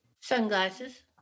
sunglasses